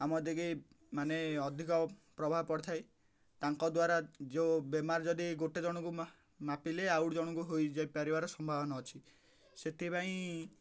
ଆମର ମାନେ ଅଧିକ ପ୍ରଭାବ ପଡ଼ିଥାଏ ତାଙ୍କ ଦ୍ୱାରା ଯୋଉ ବେମାର ଯଦି ଗୋଟେ ଜଣଙ୍କୁ ବ୍ୟାପିଲେ ଆଉ ଜଣ'ଙ୍କୁ ହୋଇଯାଇ ପାରିବାର ସମ୍ଭାବନା ଅଛି ସେଥିପାଇଁ